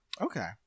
okay